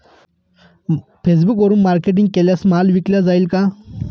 फेसबुकवरुन मार्केटिंग केल्यास माल विकला जाईल का?